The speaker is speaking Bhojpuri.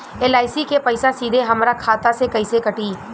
एल.आई.सी के पईसा सीधे हमरा खाता से कइसे कटी?